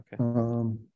Okay